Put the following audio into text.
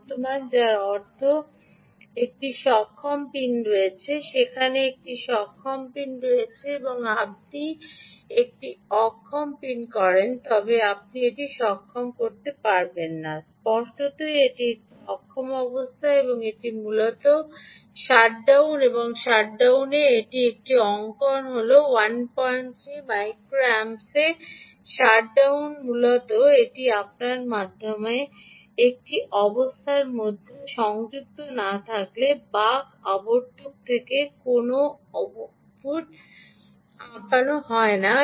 বর্তমান যার অর্থ একটি সক্ষম পিন রয়েছে সেখানে একটি সক্ষম পিন রয়েছে এবং যদি আপনি এটি অক্ষম করেন তবে আপনি এটি সক্ষম করবেন না স্পষ্টতই এটি একটি অক্ষম অবস্থা এবং এটি মূলত শাটডাউন এবং শাটডাউনে এটি একটি অঙ্কন এটি হল 13 মাইক্রো অ্যাম্পস শটডাউনে মূলত এটি আপনার অবস্থার মধ্যে রয়েছে যে কোনও কিছু সংযুক্ত না থাকলে বাক আবর্তক থেকে কোনও আউটপুট আঁকানো হয় না